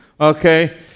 okay